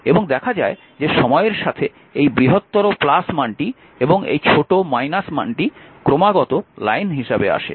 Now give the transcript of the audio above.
এবং দেখা যায় যে সময়ের সাথে এই বৃহত্তর মানটি এবং এবং ছোট মানটি ক্রমাগত লাইন হিসাবে আসে